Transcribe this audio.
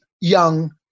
young